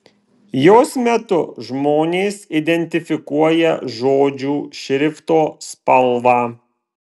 jos metu žmonės identifikuoja žodžių šrifto spalvą